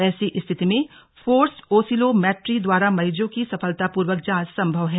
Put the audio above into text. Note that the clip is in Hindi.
ऐसी स्थिति में फोरस्ड ओसिलोमैटरी द्वारा मरीजों की सफलतापूर्वक जांच संभव है